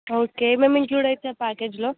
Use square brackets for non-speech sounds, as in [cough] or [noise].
okay మేము include [unintelligible] ప్యాకేజ్లో